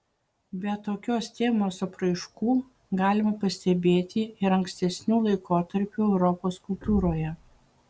bet tokios temos apraiškų galima pastebėti ir ankstesnių laikotarpių europos kultūroje